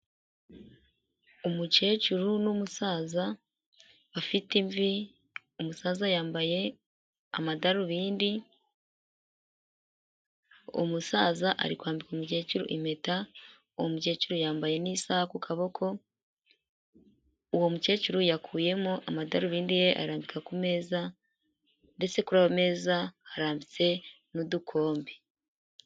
Umukecuru n'umusaza ufite imvi umusaza yambaye amadarubindi, umusaza ari kwambika umukecuru impeta umukecuru yambaye n'isaha ku kaboko, uwo mukecuru yakuyemo amadarubindi ye arambika ku meza ndetse kuri ayo meza harambitse n'udukombe.